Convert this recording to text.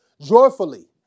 Joyfully